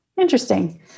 interesting